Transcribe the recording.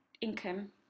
income